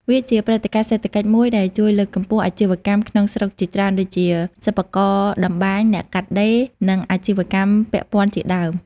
វាជាព្រឹត្តិការណ៍សេដ្ឋកិច្ចមួយដែលជួយលើកកម្ពស់អាជីវកម្មក្នុងស្រុកជាច្រើនដូចជា សិប្បករតម្បាញ អ្នកកាត់ដេរ និងអាជីវកម្មពាក់ព័ន្ធជាដើម។